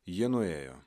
jie nuėjo